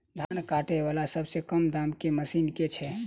धान काटा वला सबसँ कम दाम केँ मशीन केँ छैय?